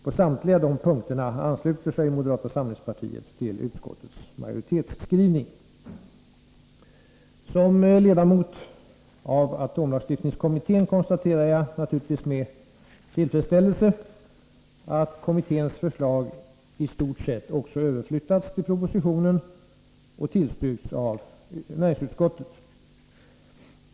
På samtliga de punkterna ansluter sig moderata samlingspartiet till utskottets majoritetsskrivning. Som ledamot av atomlagstiftningskommittén konstaterar jag naturligtvis med tillfredsställelse att kommitténs förslag i stort sett överflyttats till propositionen och tillstyrkts av näringsutskottet.